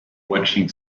watching